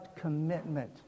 commitment